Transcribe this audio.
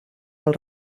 pel